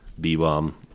b-bomb